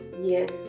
Yes